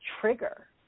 trigger